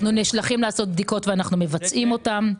אנחנו נשלחים לעשות בדיקות ואנחנו מבצעים אותן,